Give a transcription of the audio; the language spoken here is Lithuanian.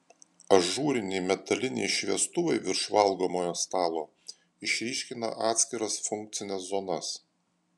ažūriniai metaliniai šviestuvai virš valgomojo stalo išryškina atskiras funkcines zonas